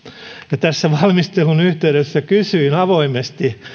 ja tässä valmistelun yhteydessä kysyin avoimesti